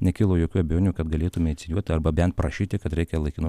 nekilo jokių abejonių kad galėtume inicijuot arba bent prašyti kad reikia laikino